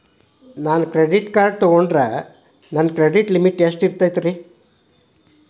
ನಾನು credit card ತೊಗೊಂಡ್ರ ನನ್ನ ಕ್ರೆಡಿಟ್ ಲಿಮಿಟ್ ಎಷ್ಟ ಇರ್ತದ್ರಿ?